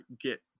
get